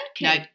No